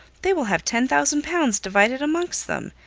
they will have ten thousand pounds divided amongst them.